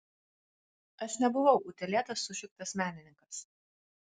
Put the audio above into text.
aš nebuvau utėlėtas sušiktas menininkas